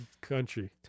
country